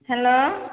hello